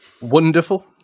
Wonderful